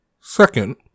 Second